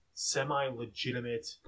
semi-legitimate